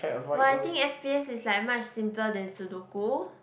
!wah! I think F_P_S is like much simpler than Sudoku